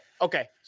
okay